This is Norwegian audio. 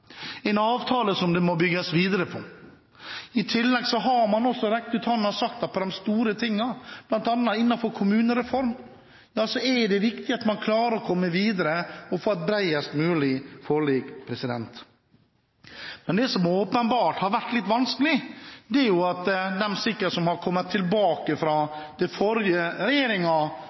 en avtale som det må bygges videre på. I tillegg har man også rekt ut handa og satset på de store tingene. Blant annet innenfor en kommunereform er det viktig at man klarer å komme videre og få et bredest mulig forlik. Men det som åpenbart har vært litt vanskelig, er jo sikkert at de som har kommet tilbake fra den forrige